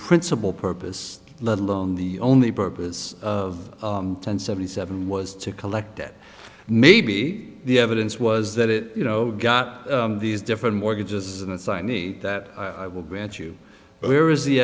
principle purpose let alone the only purpose of ten seventy seven was to collect that maybe the evidence was that it you know got these different mortgages and signy that i will grant you but where is the